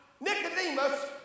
Nicodemus